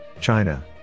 China